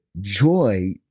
joy